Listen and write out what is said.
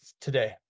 today